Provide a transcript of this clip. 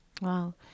Wow